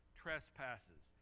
trespasses